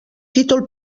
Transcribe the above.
títol